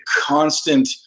constant